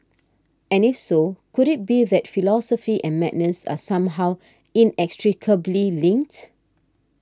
and if so could it be that philosophy and madness are somehow inextricably linked